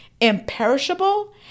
imperishable